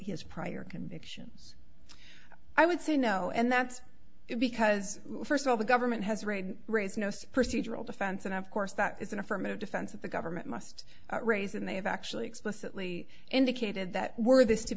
his prior convictions i would say no and that's it because first of all the government has raised no suppress usual defense and of course that is an affirmative defense that the government must raise and they have actually explicitly indicated that were this to